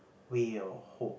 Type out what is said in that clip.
way or hope